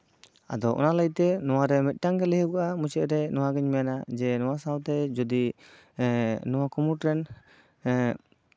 ᱟᱫᱚ ᱱᱚᱣᱟ ᱞᱟᱹᱭᱛᱮ ᱚᱱᱟᱨᱮ ᱢᱤᱫᱴᱟᱝ ᱜᱮ ᱞᱟᱹᱭ ᱦᱩᱭᱩᱜᱼᱟ ᱢᱩᱪᱟᱹᱫ ᱨᱮ ᱱᱚᱣᱟᱜᱤᱧ ᱢᱮᱱᱟ ᱱᱚᱣᱟ ᱥᱟᱶᱛᱮ ᱡᱩᱫᱤ ᱱᱚᱣᱟ ᱠᱩᱢᱩᱴ ᱨᱮᱱ